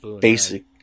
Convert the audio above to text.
basic